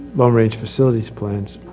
long-range facilities plans.